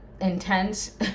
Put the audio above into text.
intense